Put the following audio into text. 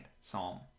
Psalm